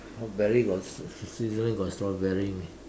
strawberry got Switzerland got strawberry meh